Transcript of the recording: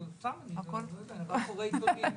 סתם, אני לא יודע, אני רק קורא עיתונים.